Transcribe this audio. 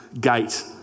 gate